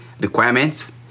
requirements